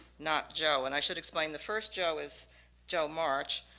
not joe. and i should explain, the first jo is jo march,